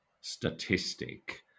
statistic